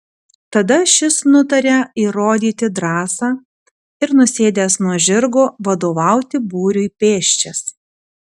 tada šis nutaria įrodyti drąsą ir nusėdęs nuo žirgo vadovauti būriui pėsčias